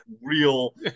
real